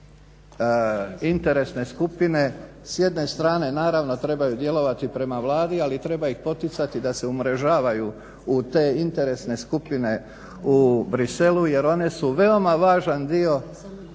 s jedne strane naravno trebaju djelovati prema Vladi, ali treba ih poticati da se umrežavaju u te interesne skupine u Bruxellesu jer one su veoma važan dio